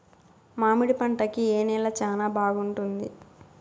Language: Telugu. మామిడి పంట కి ఏ నేల చానా బాగుంటుంది